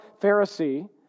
Pharisee